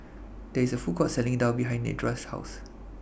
There IS A Food Court Selling Daal behind Nedra's House